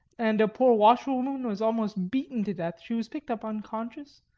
and a poor washerwoman was almost beaten to death. she was picked up unconscious,